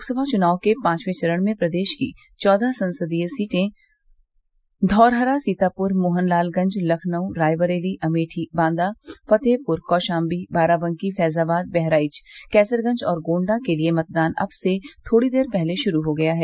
लोकसभा चुनाव के पांचवें चरण में प्रदेश की चौदह संसदीय सीटें धौरहरा सीतापूर मोहनलालगंज लखनऊ रायबरेली अमेठी बांदा फ़तेहपुर कौशाम्बी बाराबंकी फैज़ाबाद बहराइच कैसरगंज और गोण्डा के लिये मतदान अब से थोड़ी देर पहले शुरू हो गया है